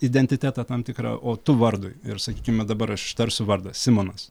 identitetą tam tikrą o tu vardui ir sakykime dabar aš ištarsiu vardą simonas